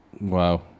Wow